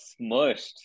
smushed